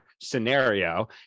scenario